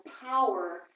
power